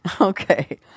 Okay